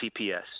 CPS